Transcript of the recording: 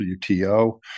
WTO